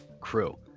crew